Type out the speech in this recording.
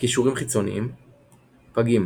קישורים חיצוניים פגים,